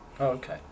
okay